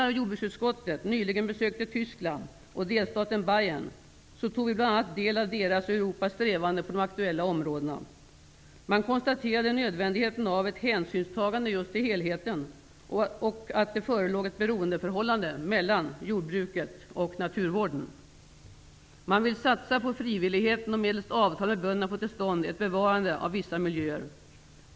Tyskland och delstaten Bayern tog vi bl.a. del av deras och Europas strävanden på de aktuella områdena. Man konstaterade nödvändigheten av ett hänsynstagande just till helheten och att det förelåg ett beroendeförhållande mellan jordbruket och naturvården. Man vill satsa på frivilligheten och medelst avtal med bönderna få till stånd ett bevarande av vissa miljöer.